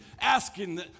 asking